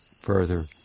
further